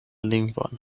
lingvon